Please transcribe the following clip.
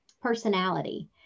personality